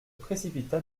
précipita